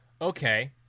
Okay